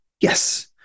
Yes